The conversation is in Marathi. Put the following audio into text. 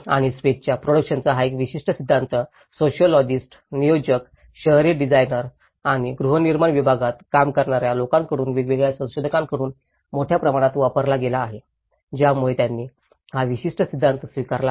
आणि स्पेस च्या प्रोडक्शन चा हा विशिष्ट सिद्धांत सोशिओलॉजिस्ट नियोजक शहरी डिझाइनर आणि गृहनिर्माण विभागात काम करणाऱ्या लोकांकडून वेगवेगळ्या संशोधकांकडून मोठ्या प्रमाणात वापरला गेला आहे ज्यामुळे त्यांनी हा विशिष्ट सिद्धांत स्वीकारला आहे